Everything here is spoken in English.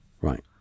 Right